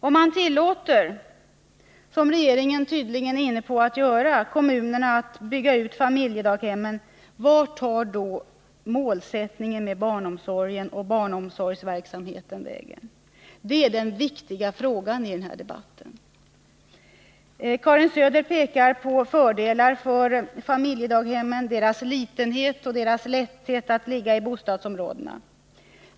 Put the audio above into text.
Om man tillåter kommunerna att bygga ut familjedaghemmen — vilket regeringen tydligen är inne på att göra — vart tar då målsättningen med barnomsorgen och barnomsorgsverksamheten vägen? Det är den viktiga frågan i den här debatten. Karin Söder pekar på fördelarna med familjedaghemmen: att de är små och därför lätt kan placeras i bostadsområdena.